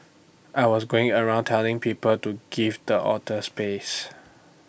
I was going around telling people to give the otters space